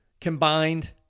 combined